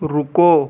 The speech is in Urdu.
رکو